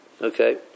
Okay